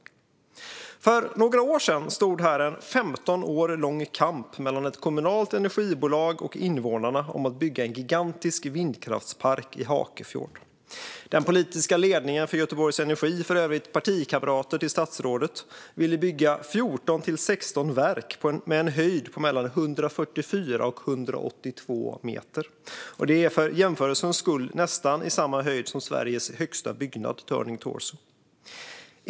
För några år sedan stod där en 15 år lång kamp mellan ett kommunalt energibolag och invånarna om att bygga en gigantisk vindkraftspark i Hakefjord. Den politiska ledningen för Göteborg Energi, för övrigt partikamrater till statsrådet, ville bygga 14-16 verk med en höjd på mellan 144 och 182 meter. Det är för jämförelsens skull nästan samma höjd som Sveriges högsta byggnad, Turning Torso.